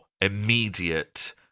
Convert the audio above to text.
immediate